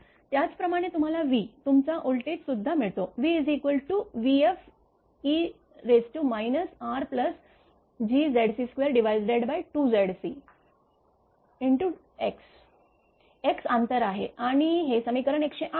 त्याचप्रमाणे तुम्हाला v तुमचा व्होल्टेज सुद्धा मिळते vvfe RGZc22Zc x x अंतर आहे आणि हे समीकरण 108 आहे